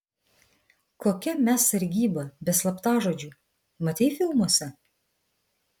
kokia mes sargyba be slaptažodžių matei filmuose